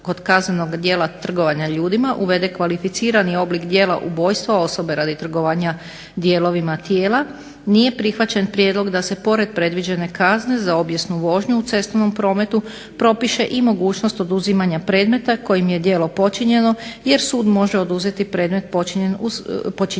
kod kaznenog djela trgovanja ljudima uvede kvalificirani oblik djela ubojstva osobe radi trgovanja dijelovima tijela, nije prihvaćen prijedlog da se pored predviđene kazne za obijesnu vožnju u cestovnom prometu propiše i mogućnost oduzimanja predmeta kojim je djelo počinjeno jer sud može oduzeti predmet počinjenja